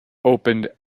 opened